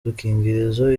dukingirizo